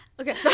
okay